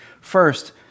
First